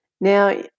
Now